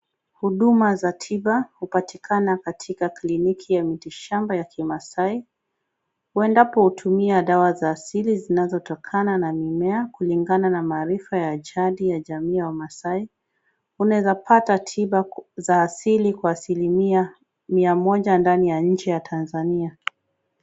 Huduma za tiba upatikana katika kliniki ya miti shamba ya kimaasai ,uendapo utumia dawa za asili zinazotokana na mimea kulingana na maarifa ya jadi ya jamii ya kimaasai ,unaweza pata tiba za asili kwa asilimia mia moja ndani ya nchi ya Tanzania .